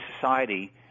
society